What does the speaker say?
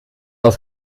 aus